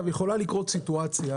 יכולה לקרות סיטואציה